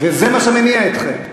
וזה מה שמניע אתכם.